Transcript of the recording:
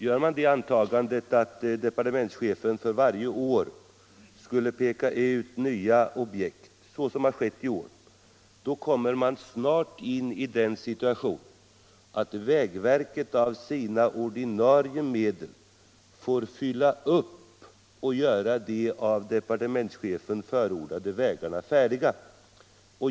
Gör man det antagandet att departementschefen för varje år skulle peka ut nya objekt, så som har skett i år, då kommer man snart in i den situationen att vägverket av sina ordinarie medel får fylla på och göra de av departementschefen förordade vägarna färdiga.